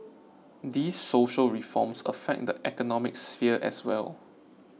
these social reforms affect the economic sphere as well